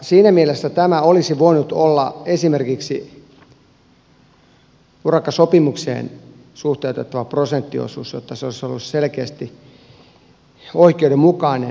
siinä mielessä tämä olisi voinut olla esimerkiksi urakkasopimukseen suhteutettava prosenttiosuus jotta se olisi ollut selkeästi oikeudenmukainen